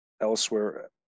elsewhere